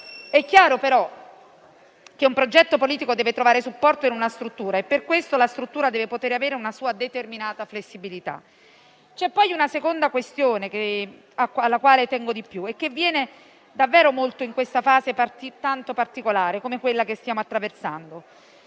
È chiaro però che un progetto politico deve trovare supporto in una struttura e per questo la struttura deve poter avere una sua determinata flessibilità. C'è poi una seconda questione, alla quale tengo di più, in questa fase così particolare come quella che stiamo attraversando.